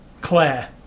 Claire